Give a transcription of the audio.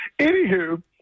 anywho